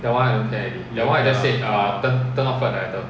orh